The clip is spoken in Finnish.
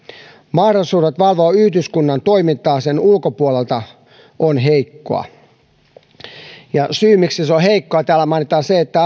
mahdollisuudet valvoa yhdyskuntien toimintaa sen ulkopuolelta on heikkoa syyksi miksi se on heikkoa täällä mainitaan se että